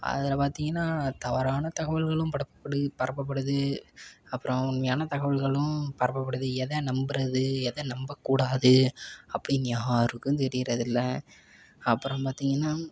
அதில் பார்த்திங்கனா தவறான தகவல்களும் படப் பரப்பப்படுது அப்புறம் உண்மையான தகவல்களும் பரப்பப்படுது எதை நம்புகிறது எதை நம்பக்கூடாது அப்படினு யாருக்கும் தெரியிறதில்லை அப்புறம் பார்த்திங்கனா